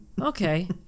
okay